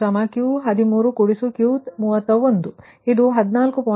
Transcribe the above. ಆದ್ದರಿಂದ QLOSS 13 Q13 Q31 ನಿಮಗೆ 14